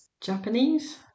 Japanese